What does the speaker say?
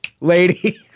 lady